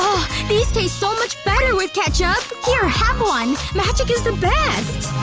these taste so much better with ketchup! here, have one! magic is the best!